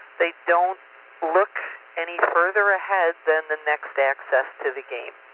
they don't look any further ahead than the next access to the game.